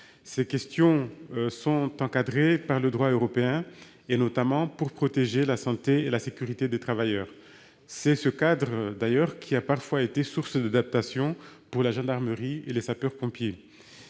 Ces questions sont encadrées par le droit européen, notamment pour protéger la santé et la sécurité des travailleurs. Ce cadre a d'ailleurs parfois été source d'adaptation pour la gendarmerie et les sapeurs-pompiers.